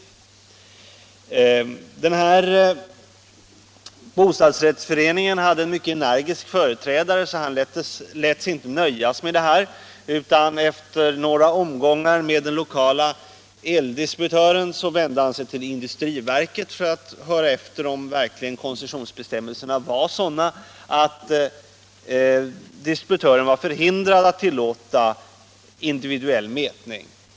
Denna bostadsrättsförening hade en mycket energisk företrädare. Han lät sig inte nöja med detta, utan efter några omgångar med den lokala eldistributören vände han sig till industriverket för att höra efter om verkligen koncessionsbestämmelserna var sådana att distributören var förhindrad att tillåta individuell mätning.